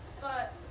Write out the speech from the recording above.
but-